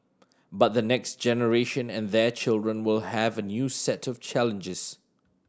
but the next generation and their children will have a new set of challenges